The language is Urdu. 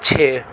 چھ